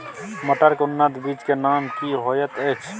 मटर के उन्नत बीज के नाम की होयत ऐछ?